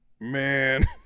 Man